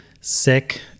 sick